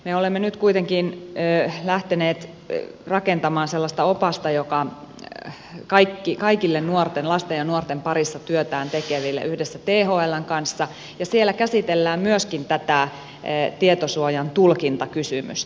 me olemme nyt kuitenkin lähteneet yhdessä thln kanssa rakentamaan sellaista opasta joka on kaikille lasten ja nuorten parissa työtään tekeville ja siellä käsitellään myöskin tätä tietosuojan tulkintakysymystä